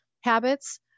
habits